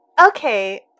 Okay